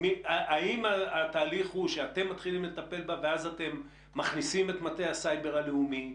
האם התהליך הוא שאתם מתחילים לטפל ואז מכניסים את מטה הסייבר הלאומי,